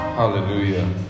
Hallelujah